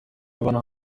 abantu